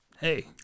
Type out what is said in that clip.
Hey